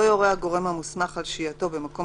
לא יורה הגורם המוסמך על שהייתו במקום